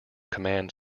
command